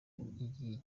igihe